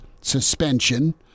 suspension